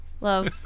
Love